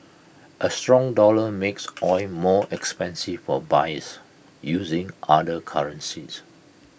A strong dollar makes oil more expensive for buyers using other currencies